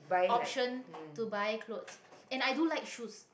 option to buy clothes and i do like shoes